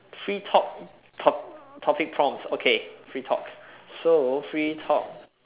free talk talk topic prompts okay free talk so free talk